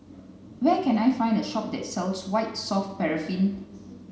where can I find a shop that sells White Soft Paraffin